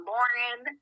Lauren